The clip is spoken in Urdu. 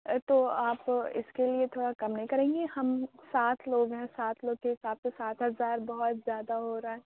تو آپ اِس کے لیے تھورا کم نہیں کریں گی ہم سات لوگ ہیں سات لوگ کے حساب سے سات ہزار بہت زیادہ ہو رہا ہے